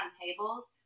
tables